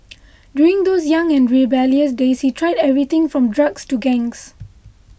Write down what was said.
during those young and rebellious days he tried everything from drugs to gangs